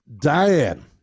Diane